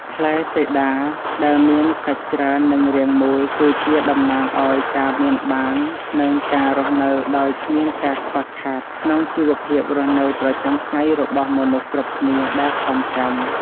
ផ្លែសេដាដែលមានសាច់ច្រើននិងរាងមូលគឺជាតំណាងឱ្យការមានបាន និង ការរស់នៅដោយគ្មានការខ្វះខាតក្នុងជីវភាពរស់នៅប្រចាំថ្ងៃរបស់មនុស្សគ្រប់គ្នាដែលខំប្រឹង។